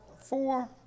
Four